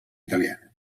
italiana